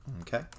okay